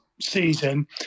season